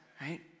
right